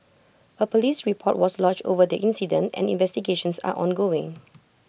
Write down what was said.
A Police report was lodged over the incident and investigations are ongoing